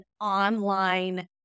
online